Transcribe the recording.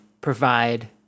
provide